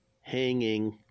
hanging